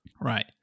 Right